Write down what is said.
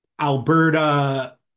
Alberta